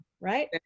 Right